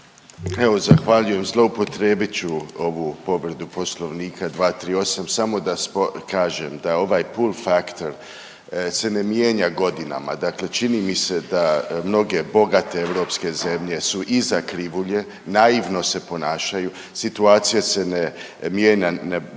Evo zahvaljujem. Zloupotrijebit ću ovu povredu Poslovnika 238., samo da kažem da ovaj pull faktor se ne mijenja godinama. Dakle, čini mi se da mnoge bogate europske zemlje su iza krivulje, naivno se ponašaju, situacija se ne mijenja na